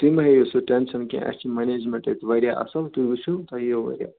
تُہۍ مہٕ ہیٚیِو سُہ ٹینشَن کیٚنٛہہ اَسہِ چھِ مَنیجمینٛٹ ییٚتہِ واریاہ اَصٕل تُہۍ وُچھِو تۄہہِ یِیو واریاہ